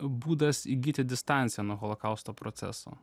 būdas įgyti distanciją nuo holokausto proceso